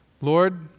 Lord